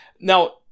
now